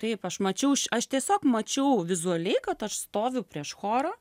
taip aš mačiau aš tiesiog mačiau vizualiai kad aš stoviu prieš chorą